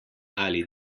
ali